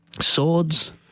Swords